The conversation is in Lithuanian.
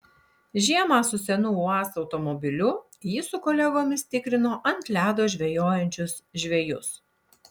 žiemą su senu uaz automobiliu jis su kolegomis tikrino ant ledo žvejojančius žvejus